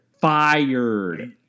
fired